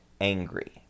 angry